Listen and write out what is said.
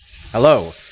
Hello